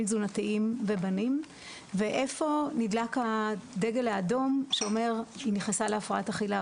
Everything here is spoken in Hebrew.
תזונתיים ואיפה נדלק הדגל האדום שאומר היא נכנסה להפרעת אכילה,